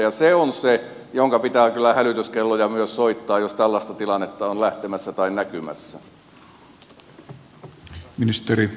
ja se on se jonka pitää kyllä hälytyskelloja myös soittaa jos tällaista tilannetta on lähtemässä tai näkymässä